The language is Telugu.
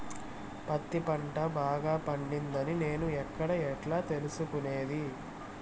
పత్తి పంట బాగా పండిందని నేను ఎక్కడ, ఎట్లా తెలుసుకునేది?